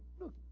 Look